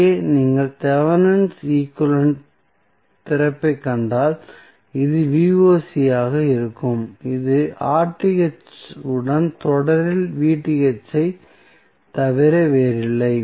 இங்கே நீங்கள் Thevenin's equivalent திறப்பைக் கண்டால் இது ஆக இருக்கும் இது உடன் தொடரில் ஐத் தவிர வேறில்லை